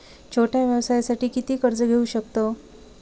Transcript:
छोट्या व्यवसायासाठी किती कर्ज घेऊ शकतव?